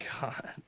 God